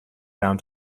down